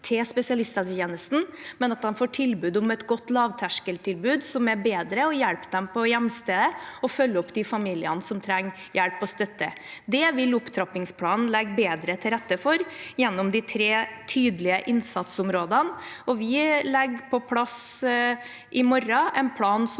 til spesialisthelsetjenesten, men at de får tilbud om et godt lavterskeltilbud som er bedre og hjelper dem på hjemstedet, og følger opp de familiene som trenger hjelp og støtte. Det vil opptrappingsplanen legge bedre til rette for gjennom de tre tydelige innsatsområdene, og vi legger i morgen på plass